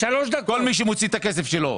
כל מי שמוציא את הכסף שלו.